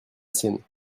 sienne